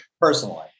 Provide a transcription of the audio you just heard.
personally